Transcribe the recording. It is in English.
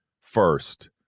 first